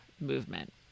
movement